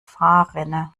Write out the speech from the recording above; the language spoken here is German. fahrrinne